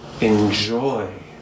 enjoy